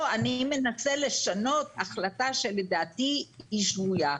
או אני מנסה לשנות החלטה שלדעתי היא שגויה.